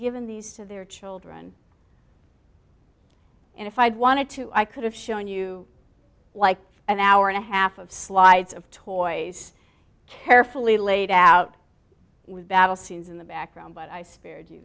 given these to their children and if i'd wanted to i could have shown you like an hour and a half of slides of toys carefully laid out with battle scenes in the background but i